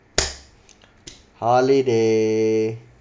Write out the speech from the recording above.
holiday